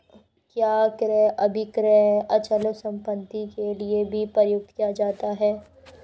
क्या क्रय अभिक्रय अचल संपत्ति के लिये भी प्रयुक्त किया जाता है?